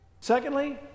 secondly